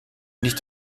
nicht